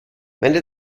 meine